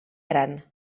gran